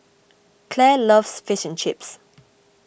Clair loves Fish and Chips